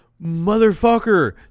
motherfucker